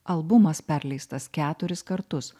albumas perleistas keturis kartus